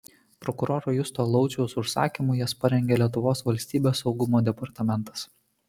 prokuroro justo lauciaus užsakymu jas parengė lietuvos valstybės saugumo departamentas